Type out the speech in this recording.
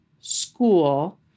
school